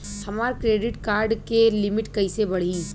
हमार credit card के limit कइसे बढ़ी?